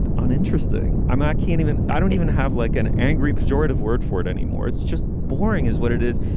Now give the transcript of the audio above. uninteresting. i'm i can't even i don't even have like an angry pejorative word for it anymore. it's just boring is what it is.